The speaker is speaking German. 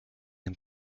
dem